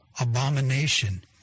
abomination